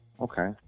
Okay